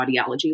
audiology